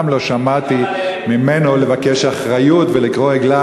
מעולם לא שמעתי אותו מבקש אחריות וקורא "עגלה